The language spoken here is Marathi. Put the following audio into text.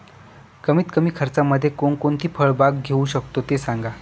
कमीत कमी खर्चामध्ये कोणकोणती फळबाग घेऊ शकतो ते सांगा